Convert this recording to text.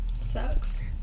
sucks